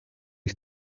ich